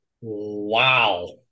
Wow